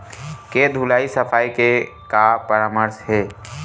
के धुलाई सफाई के का परामर्श हे?